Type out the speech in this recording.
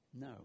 No